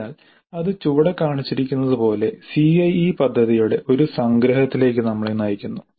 അതിനാൽ അത് ചുവടെ കാണിച്ചിരിക്കുന്നതുപോലെ CIE പദ്ധതിയുടെ ഒരു സംഗ്രഹത്തിലേക്ക് നമ്മളെ നയിക്കുന്നു